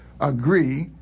agree